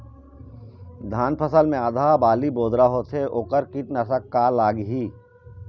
धान फसल मे आधा बाली बोदरा होथे वोकर कीटनाशक का लागिही?